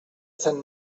sant